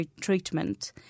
treatment